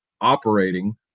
operating